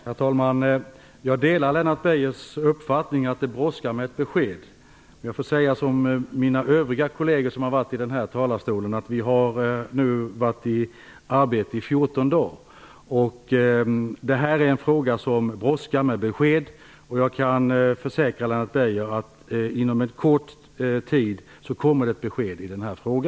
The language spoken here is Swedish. Herr talman! Jag delar Lennart Beijers uppfattning att det brådskar med ett besked. Jag får säga som mina övriga kolleger som i dag stått här i talarstolen, att vi nu har varit i arbete i 14 dagar. Det brådskar med besked i denna fråga. Jag kan försäkra Lennart Beijer om att det inom kort kommer ett besked i denna fråga.